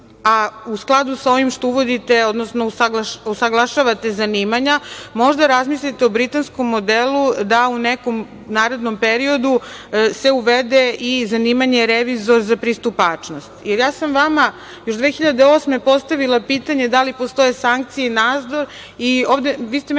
a u skladu sa ovim što uvodite odnosno usaglašavate zanimanja, možda razmislite o britanskom modelu, da u nekom narednom periodu se uvede i zanimanje - revizor za pristupačnost. Ja sam vama još 2008. godine postavila pitanje da li postoje sankcije i nadzor i vi ste meni